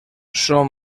són